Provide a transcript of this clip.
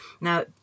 Now